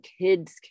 kids